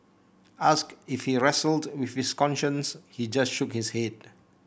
asked if he wrestled with his conscience he just shook his head